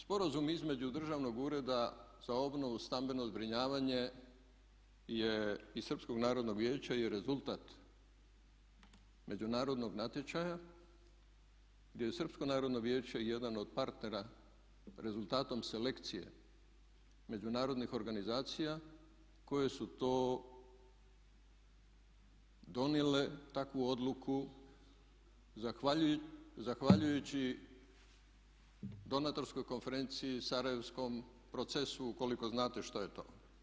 sporazum između Državnog ureda za obnovu i stambeno zbrinjavanje je iz Srpskog narodnog vijeća i je rezultat međunarodnog natječaja gdje je Srpsko narodno vijeće jedan od partnera rezultatom selekcije međunarodnih organizacija koje su to donijele takvu odluku i zahvaljujući donatorskoj konferenciji sarajevskom procesu ukoliko znate što je to?